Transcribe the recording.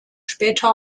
später